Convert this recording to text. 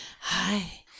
Hi